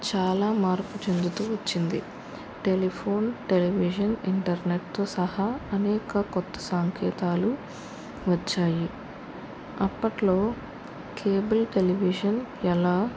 చాలా మార్పు చెందుతూ వచ్చింది టెలిఫోన్ టెలివిజన్ ఇంటర్నెట్తో సహా అనేక కొత్త సాంకేతాలు వచ్చాయి అప్పట్లో కేబుల్ టెలివిజన్ ఎలా